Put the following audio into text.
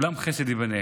"עולם חסד ייבנה".